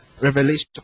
revelation